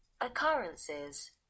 occurrences